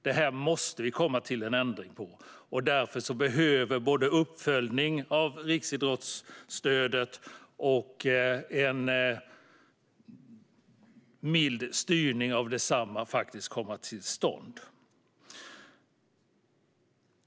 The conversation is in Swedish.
Det här måste vi ändra på, och därför behöver både en uppföljning av riksidrottsstödet och en mild styrning av detsamma komma till stånd.